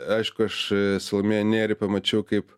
aišku aš salomėją nėrį pamačiau kaip